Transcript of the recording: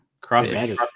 Crossing